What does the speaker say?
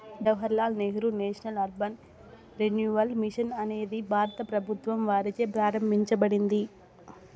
Jawahar Lal Nehru national urban renewal mission అనేది భారత ప్రభుత్వం వారిచే ప్రారంభించబడింది